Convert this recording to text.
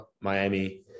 Miami